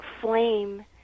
flame